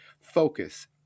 focus